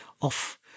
off